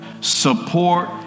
support